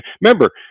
remember